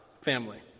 family